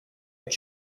est